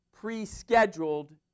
pre-scheduled